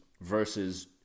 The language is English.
versus